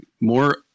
more